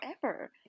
forever